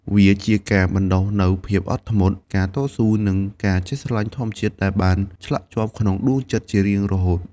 វាជាការបណ្ដុះនូវភាពអំណត់ ការតស៊ូ និងការចេះស្រឡាញ់ធម្មជាតិ ដែលបានឆ្លាក់ជាប់ក្នុងដួងចិត្តជារៀងរហូត។